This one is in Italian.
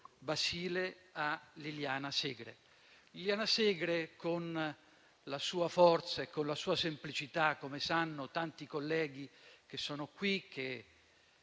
Basile a Liliana Segre. Liliana Segre, con la sua forza e la sua semplicità, come sanno tanti colleghi che sono qui, che